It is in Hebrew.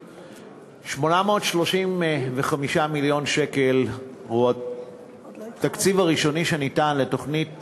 835 מיליון שקל הם התקציב הראשוני שניתן לתוכנית,